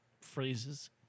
phrases